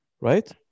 Right